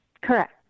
Correct